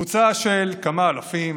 קבוצה של כמה אלפים,